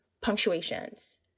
punctuations